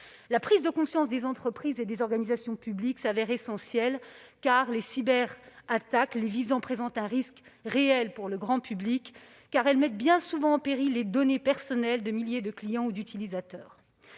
La prise de conscience des entreprises et des organisations publiques est essentielle, car les cyberattaques les visant présentent un risque réel pour le grand public, en mettant en péril les données personnelles de milliers de clients ou d'utilisateurs.